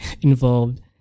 involved